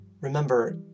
remember